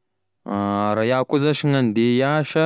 Raha iaho zash gn'andeha hiasa